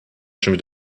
schon